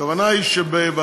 הכוונה היא שבוועדות,